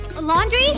laundry